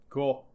Cool